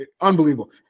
unbelievable